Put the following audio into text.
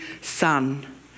son